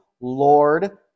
Lord